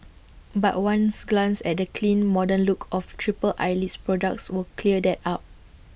but ones glance at the clean modern look of triple Eyelid's products would clear that up